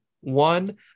one